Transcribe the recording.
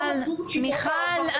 מיכל,